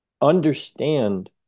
Understand